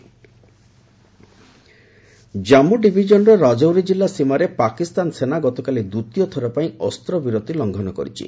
cease fire Jammu ଡିଭିକନର ରାଜୌରୀ ଜିଲ୍ଲା ସୀମାରେ ପାକିସ୍ତାନ ସେନା ଗତକାଲି ଦ୍ୱିତୀୟଥର ପାଇଁ ଅସ୍ତ୍ରବିରତି ଲଙ୍ଘନ କରିଛନ୍ତି